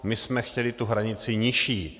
My jsme chtěli tu hranici nižší.